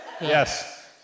Yes